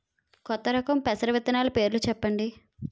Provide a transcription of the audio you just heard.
కొత్త రకం పెసర విత్తనాలు పేర్లు చెప్పండి?